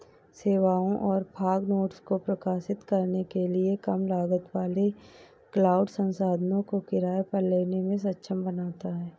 सेवाओं और fog nodes को प्रकाशित करने के लिए कम लागत वाले क्लाउड संसाधनों को किराए पर लेने में सक्षम बनाता है